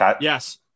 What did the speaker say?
yes